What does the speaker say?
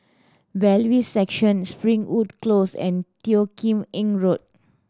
Bailiffs' Section Springwood Close and Teo Kim Eng Road